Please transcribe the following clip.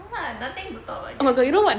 no lah nothing to talk about